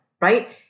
right